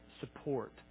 support